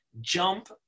Jump